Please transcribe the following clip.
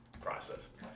processed